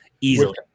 easily